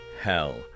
hell